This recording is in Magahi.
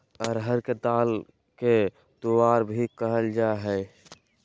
अरहर के दाल के तुअर भी कहल जाय हइ